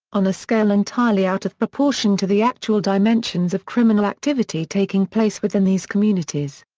on a scale entirely out of proportion to the actual dimensions of criminal activity taking place within these communities.